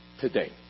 today